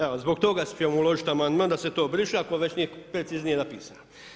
Evo, zbog toga ćemo uložiti amandman da se to briše, ako već nije preciznije napisan.